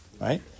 Right